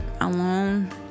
alone